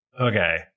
Okay